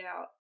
out